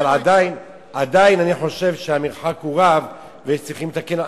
אני עדיין חושב שהמרחק הוא רב, וצריך לתקן.